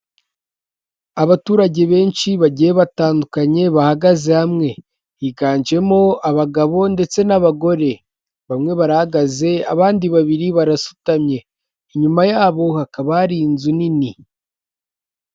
Abaturage benshi bagiye batandukanye, bahagaze hamwe. Higanjemo abagabo ndetse n'abagore, bamwe barahagaze, abandi babiri barasutamye. Inyuma yabo hakaba hari inzu nini.